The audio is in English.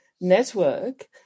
Network